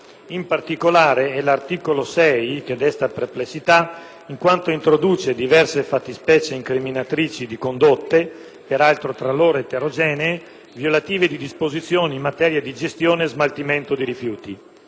In particolare, l'articolo 6 desta perplessità in quanto introduce diverse fattispecie di incriminatrici di condotte, peraltro tra loro eterogenee, violative di disposizioni in materia di gestione e smaltimento di rifiuti;